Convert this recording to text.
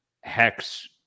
hex